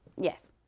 Yes